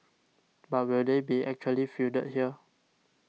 but will they be actually fielded here